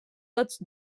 tots